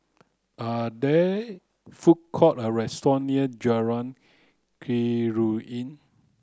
are there food court or restaurant near Jalan Keruing